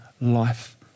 life